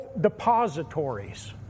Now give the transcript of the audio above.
depositories